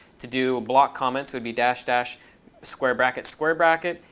to do block comments would be dash dash square brackets square bracket.